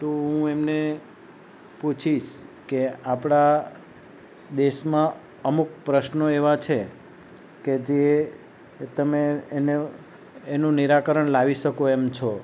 તો હું એમને પૂછીસ કે આપણા દેશમાં અમુક પ્રશ્નો એવા છે કે જે તમે એને એનું નિરાકરણ લાવી શકો એમ છો